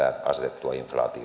asetettua